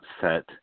set